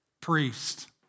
priest